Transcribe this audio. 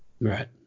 Right